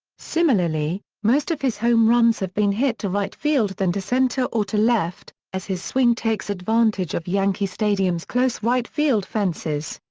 similarly, most of his home runs have been hit to right field than to center or to left, as his swing takes advantage of yankee stadium's close right-field fences.